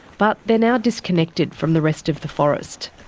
but they are now disconnected from the rest of the forest.